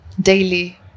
daily